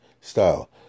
style